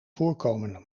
voorkomen